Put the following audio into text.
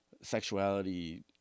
Sexuality